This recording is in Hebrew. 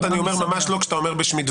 אני אומר ממש לא כשאתה אומר דברים בשמי.